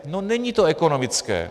No není to ekonomické.